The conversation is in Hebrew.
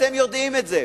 אתם יודעים את זה,